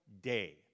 day